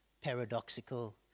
paradoxical